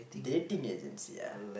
dating agency ah